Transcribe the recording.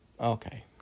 Okay